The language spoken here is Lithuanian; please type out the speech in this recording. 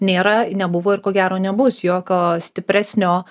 nėra nebuvo ir ko gero nebus jokio stipresnio